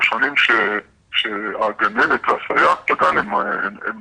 בשנים שהגננת והסייעת בגן הן